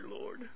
Lord